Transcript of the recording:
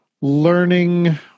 learning